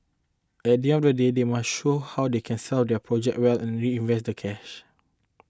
at the end of the day they must show how they can sell their projects well and reinvest the cash